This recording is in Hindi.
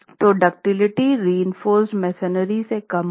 तो डाक्टिलिटी रीइंफोर्स्ड मेसनरी से कम होगी